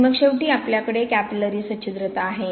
आणि मग शेवटी आपल्याकडे कॅपिलॅरी सच्छिद्रता आहे